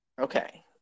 Okay